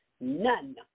None